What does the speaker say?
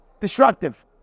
destructive